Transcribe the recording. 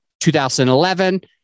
2011